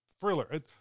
thriller